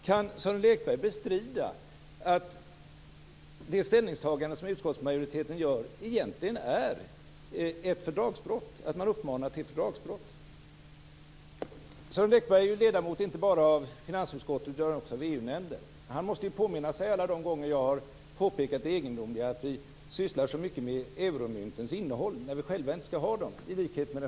Kan Sören Lekberg bestrida att det ställningstagande som utskottsmajoriteten gör egentligen är en uppmaning till fördragsbrott? Sören Lekberg är ledamot inte bara av finansutskottet utan också av EU-nämnden. Han måste ju påminna sig alla de gånger jag, i likhet med Luxemburgs premiärminister, har påpekat det egendomliga i att vi sysslar så mycket med euromyntens innehåll när vi själva inte skall ha dem.